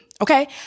Okay